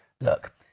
Look